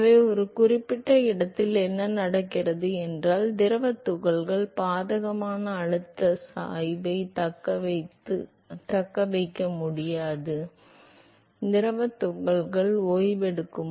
எனவே ஒரு குறிப்பிட்ட இடத்தில் என்ன நடக்கிறது என்றால் திரவத் துகள்களால் பாதகமான அழுத்த சாய்வைத் தக்கவைக்க முடியாது எனவே திரவத் துகள்கள் ஓய்வெடுக்கும்